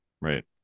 right